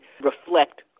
reflect